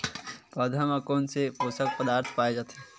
पौधा मा कोन से पोषक पदार्थ पाए जाथे?